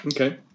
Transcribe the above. okay